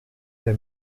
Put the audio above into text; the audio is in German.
der